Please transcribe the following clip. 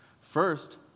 First